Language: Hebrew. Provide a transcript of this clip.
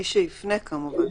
מי שיפנה כמובן.